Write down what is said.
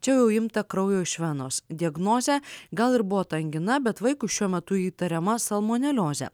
čia jau imta kraujo iš venos diagnozė gal ir buvo ta angina bet vaikui šiuo metu įtariama salmoneliozė